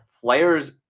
players